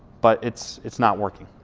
but it's it's not working.